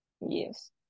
Yes